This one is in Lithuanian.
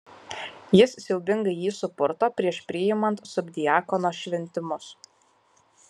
jis siaubingai jį supurto prieš priimant subdiakono šventimus